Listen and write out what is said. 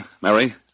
Mary